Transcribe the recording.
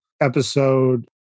Episode